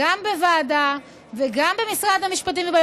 שגם בוועדה וגם במשרד המשפטים ואצל